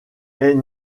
est